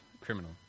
criminal